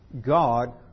God